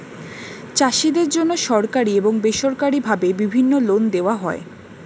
চাষীদের জন্যে সরকারি এবং বেসরকারি ভাবে বিভিন্ন লোন দেওয়া হয়